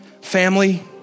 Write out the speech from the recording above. Family